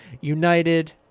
United